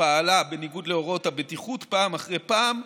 פעלה בניגוד להוראות הבטיחות פעם אחרי פעם,